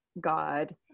God